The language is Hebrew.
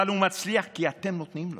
אבל הוא מצליח כי אתם נותנים לו,